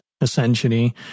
Essentially